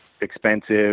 expensive